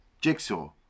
jigsaw